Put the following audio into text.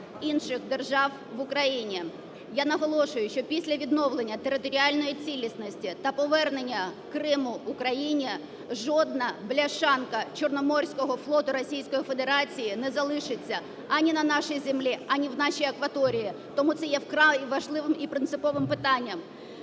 Я наголошую, що після відновлення територіальної цілісності та повернення Криму Україні жодна бляшанка Чорноморського флоту Російської Федерації не залишиться ані на нашій землі, ані в нашій акваторії. Тому це є вкрай важливим і принциповим питанням.